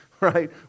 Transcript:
right